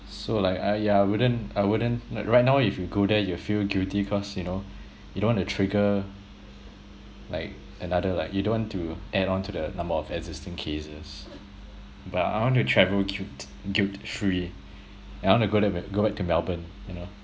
so like !aiya! I wouldn't I wouldn't like right now if you go there you'll feel guilty cause you know you don't want to trigger like another like you don't want to add on to the number of existing cases but I want to travel guilt guilt-free and I want to go there back go back to melbourne you know